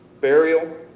burial